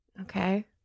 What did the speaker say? Okay